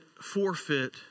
forfeit